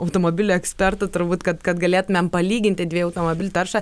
automobilių ekspertu turbūt kad kad galėtumėm palyginti dviejų automobilių taršą